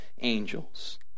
angels